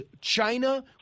China